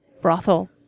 brothel